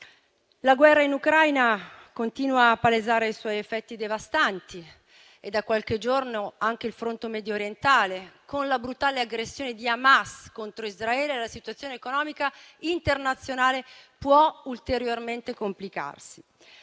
La guerra in Ucraina continua a palesare i suoi effetti devastanti e anche a causa delle vicende recenti del fronte mediorientale, con la brutale aggressione di Hamas contro Israele, la situazione economica internazionale potrebbe ulteriormente complicarsi.